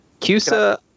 CUSA